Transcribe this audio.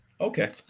Okay